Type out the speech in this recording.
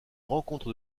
rencontre